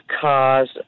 cars